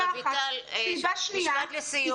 רויטל, משפט לסיום.